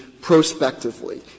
prospectively